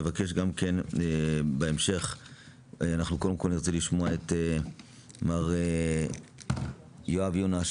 אנחנו נרצה לשמוע את מר יואב יונש,